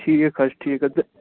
ٹھیٖک حظ چھُ ٹھیٖک حظ تہٕ